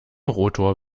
rotor